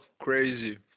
crazy